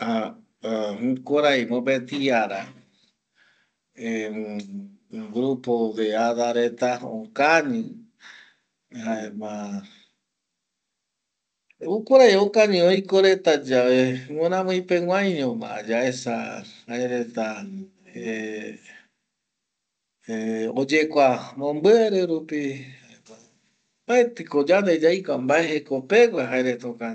˂Hesitation˃ jukurei mopeti ara ˂Hesitation˃ grupo de adareta okañi jaema jukurei okañi reta yave guramoi peguaiñova yaesa jaereta oyekua mombiri rupi, mbaeti ko yande yaikua mbae jekopua jaereta okañi va